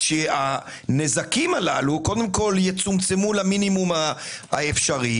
שהנזקים הללו קודם כל יצומצמו למינימום האפשרי